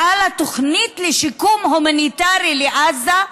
וקראה לה "תוכנית לשיקום הומניטרי לעזה",